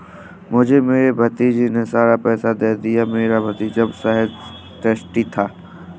मुझे मेरे भतीजे ने सारा पैसा दे दिया, मेरा भतीजा महज़ ट्रस्टी था